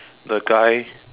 the guy